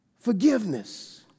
forgiveness